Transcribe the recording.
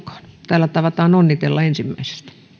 täällä tavataan onnitella ensimmäisestä